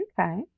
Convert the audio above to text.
Okay